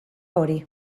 hori